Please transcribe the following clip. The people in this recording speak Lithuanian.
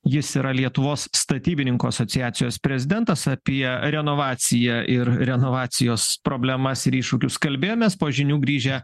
jis yra lietuvos statybininkų asociacijos prezidentas apie renovaciją ir renovacijos problemas ir iššūkius kalbėjomės po žinių grįžę